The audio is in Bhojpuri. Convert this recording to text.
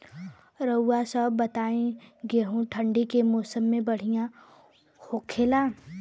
रउआ सभ बताई गेहूँ ठंडी के मौसम में बढ़ियां होखेला?